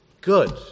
good